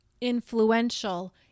influential